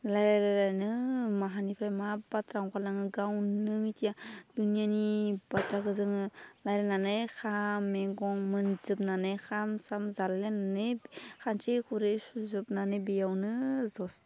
रायलाय रायलायनो माहानिफ्राय मा बाथ्रा ओंखारलाङो गावनो मिथिया दुनियानि बाथ्राखौ जोङो रायलायनानै खाम मैगं मोनजोबनानै खाम साम जालायनानै खान्सि खुरै सुजोबनानै बेयावनो जस्थाब